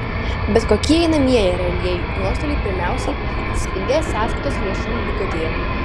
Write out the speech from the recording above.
bet kokie einamieji ar realieji nuostoliai pirmiausiai atsispindės sąskaitos lėšų likutyje